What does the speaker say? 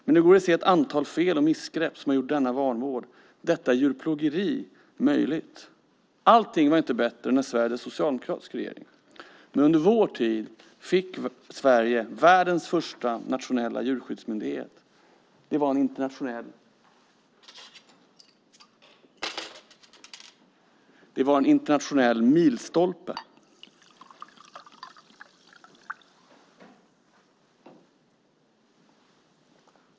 Men det går att se ett antal fel och missgrepp som har gjort denna vanvård, detta djurplågeri möjligt. Allting var inte bättre när Sverige hade en socialdemokratisk regering. Men under vår tid fick Sverige världens första nationella djurskyddsmyndighet. Det var en internationell milstolpe.